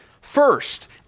First